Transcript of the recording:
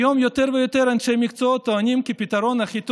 היום יותר ויותר אנשי מקצוע טוענים כי הפתרון הכי